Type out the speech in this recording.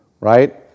right